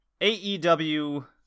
AEW